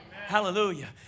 hallelujah